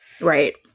Right